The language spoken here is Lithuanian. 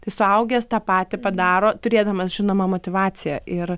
tai suaugęs tą patį padaro turėdamas žinoma motyvaciją ir